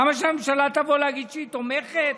למה שהממשלה תבוא להגיד שהיא תומכת,